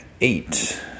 eight